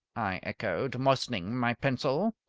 i echoed, moistening my pencil.